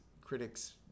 critics